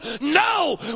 No